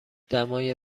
دمای